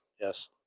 Yes